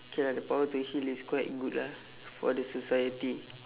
okay ah the power to heal is quite good lah for the society